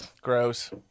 Gross